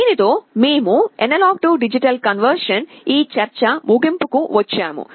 దీనితో మేము A D conversion ఈ చర్చ ముగింపుకు వచ్చాము